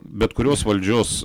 bet kurios valdžios